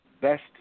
best